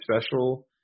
special